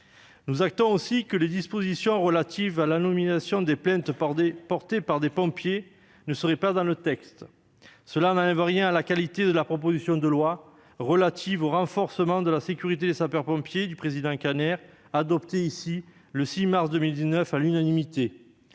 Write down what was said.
Nous prenons acte du fait que les dispositions relatives à l'anonymisation des plaintes déposées par des pompiers ne soient pas retenues dans le texte. Cela n'enlève rien à la qualité de la proposition de loi relative au renforcement de la sécurité des sapeurs-pompiers déposée par Patrick Kanner, adoptée ici le 6 mars 2019 à l'unanimité.